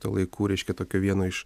to laikų reiškia tokio vieno iš